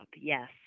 yes